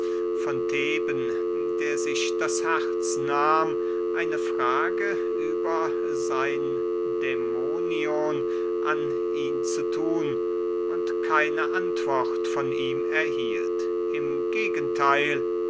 von theben der sich das herz nahm eine frage über sein dämonion an ihn zu thun und keine antwort von ihm erhielt im gegentheil